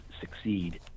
succeed